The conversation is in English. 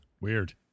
Weird